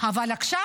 אבל עכשיו?